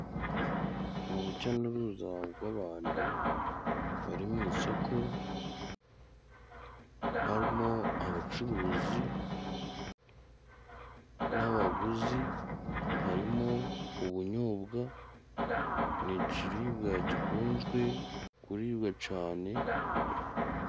Mu buja n'uruza rw'abantu bari mu isoko, harimo abacuruzi n'abaguzi, harimo ubunyobwa, ni ikiriribwa gikunzwe kuribwa cane.